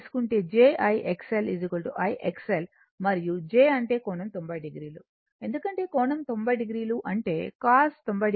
మరియు j అంటే కోణం 90 o ఎందుకంటే కోణం 90 o అంటే cos 90 o j sin 90 o